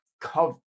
cover